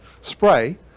Spray